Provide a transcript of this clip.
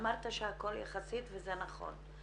אמרת שהכול יחסית וזה נכון.